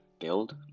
build